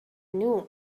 knew